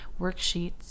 worksheets